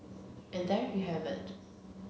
and there you have it